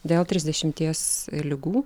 dėl trisdešimties ligų